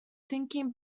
thinking